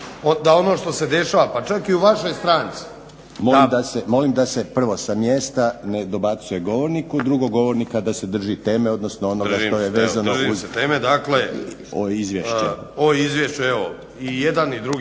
da ono što se dešava pa čak i u vašoj stranici. **Reiner, Željko (HDZ)** Molim da se prvo sa mjesta ne dobacuje govorniku, drugo govornika da se drži teme, odnosno onoga što je uz izvješće.